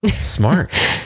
smart